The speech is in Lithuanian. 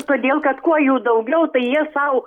todėl kad kuo jų daugiau tai jie sau